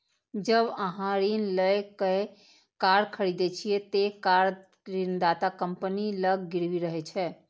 जब अहां ऋण लए कए कार खरीदै छियै, ते कार ऋणदाता कंपनी लग गिरवी रहै छै